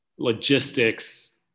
Logistics